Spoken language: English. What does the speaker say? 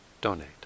donate